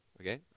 okay